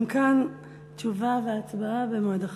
גם כאן תשובה והצבעה במועד אחר.